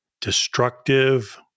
destructive